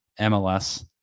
mls